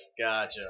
gotcha